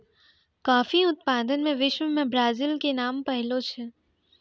coffee उत्पादन मॅ विश्व मॅ ब्राजील के पहलो नाम छै